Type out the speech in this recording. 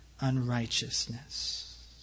unrighteousness